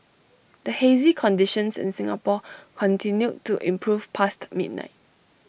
the hazy conditions in Singapore continued to improve past midnight